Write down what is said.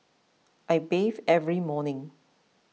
I bathe every morning